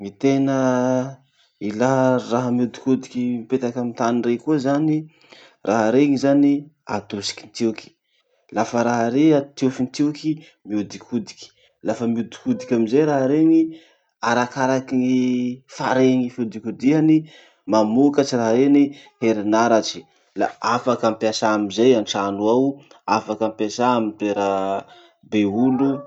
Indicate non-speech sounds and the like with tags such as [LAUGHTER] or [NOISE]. Gny tena ilà raha mihodikodiky mipetaky amy tany rey koa zany. Raha reny zany atosikin-tioky, lafa raha a- tiofin-tioky, miodikodiky. Lafa miodikodiky amizay raha regny, arakaraky gny fare ny fiodikodihany mamokatry raha reny herinaratsy la afaky ampiasà amizay antrano ao, afaky ampiasà amy toera be olo [NOISE]